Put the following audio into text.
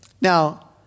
Now